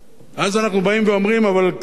ואז אנחנו באים אומרים: אבל כדאי לנו